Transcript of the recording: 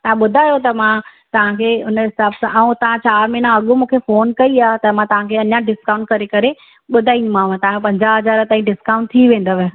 तव्हां ॿुधायो त मां तव्हां खे हुन हिसाब सां ऐं तव्हां चारि महिना अॻु मूंखे फ़ोन कई आहे त मां तव्हां खे अञा डिस्काउंट करे करे ॿुधाईंदीमांव तव्हांजा पंजाहु हज़ार ताईं डिस्काउंट थी वेंदव